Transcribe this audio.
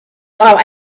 our